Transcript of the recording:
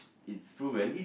it's proven